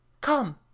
come